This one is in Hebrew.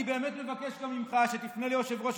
אני באמת מבקש גם ממך שתפנה ליושב-ראש